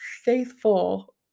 faithful